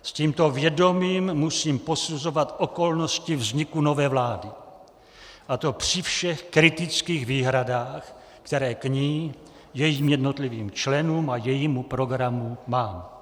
S tímto vědomím musím posuzovat okolnosti vzniku nové vlády, a to při všech kritických výhradách, které k ní, jejím jednotlivým členům a jejímu programu mám.